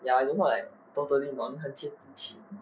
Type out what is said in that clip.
ya you don't look like totally not 很接地气